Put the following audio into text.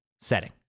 setting